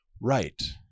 right